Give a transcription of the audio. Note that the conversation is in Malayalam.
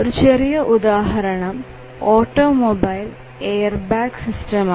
ഒരു ചെറിയ ഉദാഹരണം ഓട്ടോമൊബൈൽ എയർബാഗ് സിസ്റ്റമാണ്